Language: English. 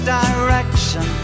direction